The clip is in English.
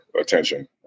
attention